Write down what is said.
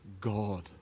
God